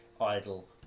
idle